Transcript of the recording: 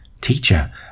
Teacher